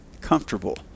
comfortable